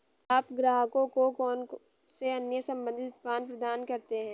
आप ग्राहकों को कौन से अन्य संबंधित उत्पाद प्रदान करते हैं?